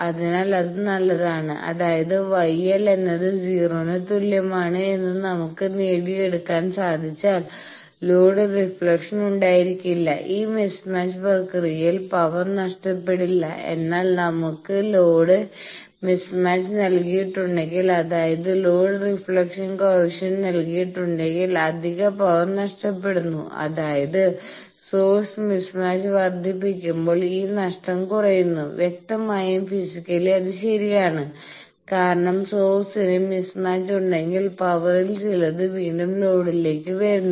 അതിനാൽ അത് നല്ലതാണ് അതായത് γ L എന്നത് 0 ന് തുല്യമാണ് എന്ന് നമുക്ക് നേടിയെടുക്കാൻ സാധിച്ചാൽ ലോഡ് റിഫ്ലക്ഷൻ ഉണ്ടായിരിക്കില്ല ഈ മിസ്മാച്ച് പ്രക്രിയയിൽ പവർ നഷ്ടപ്പെടില്ല എന്നാൽ നമുക്ക് ലോഡ് മിസ്മാച്ച് നൽകിയിട്ടുണ്ടെങ്കിൽ അതായത് ലോഡ് റിഫ്ളക്ഷൻ കോയെഫിഷ്യന്റ് നൽകിയിട്ടുണ്ടെങ്കിൽ അധിക പവർ നഷ്ടപ്പെടുന്നു അതായത് സോഴ്സ് മിസ്മാച്ച് വർദ്ധിപ്പിക്കുമ്പോൾ ഈ നഷ്ടം കുറയുന്നു വ്യക്തമായും ഫിസിക്കലി അത് ശരിയാണ് കാരണം സോഴ്സിന് മിസ്മാച്ച് ഉണ്ടെങ്കിൽ പവറിൽ ചിലത് വീണ്ടും ലോഡിലേക്ക് വരുന്നു